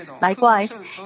Likewise